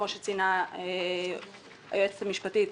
כמו שציינה היועצת המשפטית,